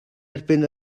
erbyn